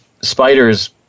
spiders